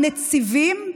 נציבים,